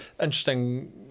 interesting